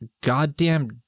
Goddamn